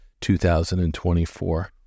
2024